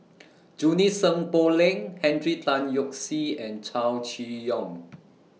Junie Sng Poh Leng Henry Tan Yoke See and Chow Chee Yong